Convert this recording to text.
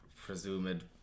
presumed